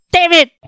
David